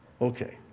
Okay